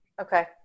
Okay